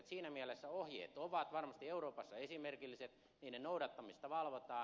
siinä mielessä ohjeet ovat varmasti euroopassa esimerkilliset niiden noudattamista valvotaan